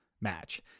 match